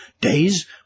days